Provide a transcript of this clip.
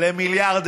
ל-1 מיליארד,